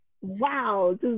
wow